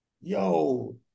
yo